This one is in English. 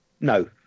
no